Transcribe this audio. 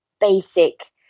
basic